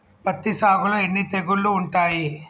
పత్తి సాగులో ఎన్ని తెగుళ్లు ఉంటాయి?